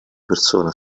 persona